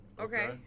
Okay